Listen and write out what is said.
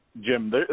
Jim